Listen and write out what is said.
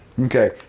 Okay